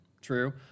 True